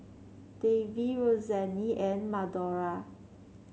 Davie Roseanne and Madora